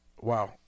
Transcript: Wow